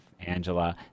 Angela